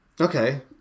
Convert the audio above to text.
Okay